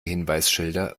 hinweisschilder